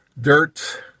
dirt